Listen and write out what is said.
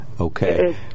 Okay